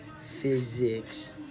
Physics